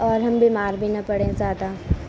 اور ہم بیمار بھی نہ پڑیں زیادہ